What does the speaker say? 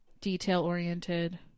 detail-oriented